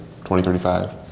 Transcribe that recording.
2035